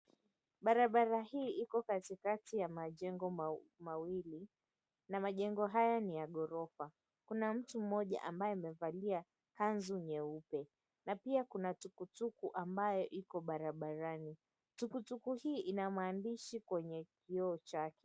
Barabara hii iko katikati ya majengo mawili, na majengo haya ni ya ghorofa. Kuna mtu mmoja ambaye amevalia kanzu nyeupe, na pia kuna tukutuku ambayo iko barabarani. Tukutuku hii ina maandishi kwenye kioo chake.